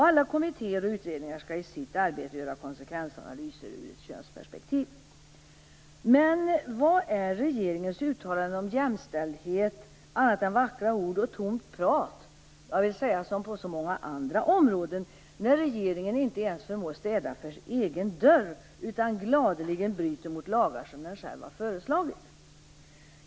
Alla kommittéer och utredningar skall i sitt arbete göra konsekvensanalyser i ett könsperspektiv. Men vad är regeringens uttalanden om jämställdhet - som på så många andra områden - annat än vackra ord och tomt prat, när regeringen inte ens förmår städa framför sin egen dörr utan gladeligen bryter mot lagar som den själv har föreslagit?